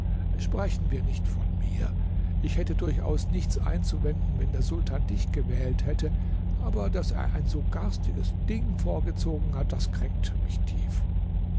sprechen wir nicht von mir ich hätte durchaus nichts einzuwenden wenn der sultan dich gewählt hätte aber daß er ein so garstiges ding vorgezogen hat das kränkt mich tief